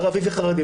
ערבי וחרדי.